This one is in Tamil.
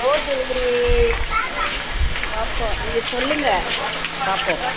டோர் டெலிவரி பார்ப்போம் நீங்கள் சொல்லுங்க பார்ப்போம்